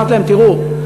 אמרתי להם: תראו,